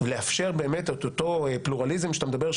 לאפשר באמת את אותו פלורליזם שאתה מדבר,